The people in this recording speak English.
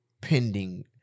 pending